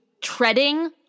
treading